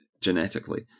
genetically